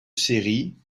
série